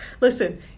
Listen